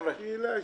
שאלה שאלנו.